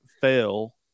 fail